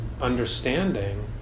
understanding